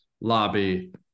lobby